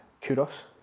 Kudos